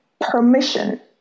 permission